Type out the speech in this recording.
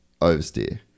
oversteer